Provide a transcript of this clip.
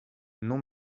non